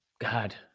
God